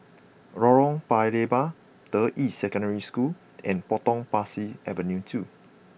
Lorong Paya Lebar Deyi Secondary School and Potong Pasir Avenue two